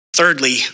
Thirdly